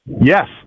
Yes